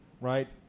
right